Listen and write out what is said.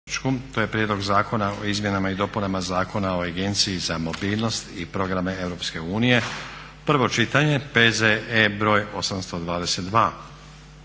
Prijedlog zakona o izmjenama i dopunama Zakona o Agenciji za mobilnost i programe EU, prvo čitanje, P.Z.E. br. 822.